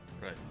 Right